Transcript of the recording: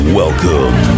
welcome